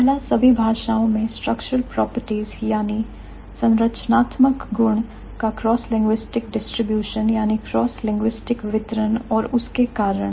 पहला सभी भाषाओं में structural properties संरचनात्मक गुण का crosslinguistic distribution क्रॉस लिंग्विस्टिक वितरण और उसके कारण